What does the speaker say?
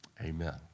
Amen